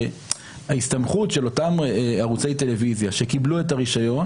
שההסתמכות של אותם ערוצי טלוויזיה שקיבלו את הרישיון